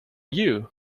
you